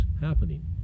happening